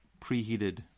preheated